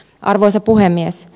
arvoisa puhemies